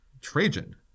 Trajan